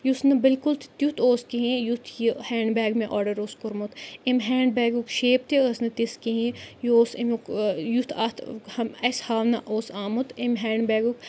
یُس نہٕ بلکل تہِ تیُتھ اوس کِہیٖنۍ یُتھ یہِ ہینٛڈ بیگ مےٚ آرڈَر اوس کوٚرمُت امہِ ہینٛڈ بیگُک شیپ تہِ ٲس نہٕ تِژھ کِہیٖنۍ یہِ اوس امیُک یُتھ اَتھ ہم اَسہِ ہاونہٕ اوس آمُت امہِ ہینٛڈ بیگُک